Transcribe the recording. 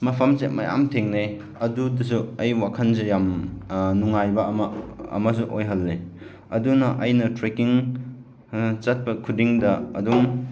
ꯃꯐꯝꯁꯦ ꯃꯌꯥꯝ ꯊꯦꯡꯅꯩ ꯑꯗꯨꯗꯁꯨ ꯑꯩ ꯋꯥꯈꯟꯁꯦ ꯌꯥꯝ ꯅꯨꯡꯉꯥꯏꯕ ꯑꯃ ꯑꯃꯁꯨ ꯑꯣꯏꯍꯜꯂꯦ ꯑꯗꯨꯅ ꯑꯩꯅ ꯇ꯭ꯔꯦꯛꯀꯤꯡ ꯆꯠꯄ ꯈꯨꯗꯤꯡꯗ ꯑꯗꯨꯝ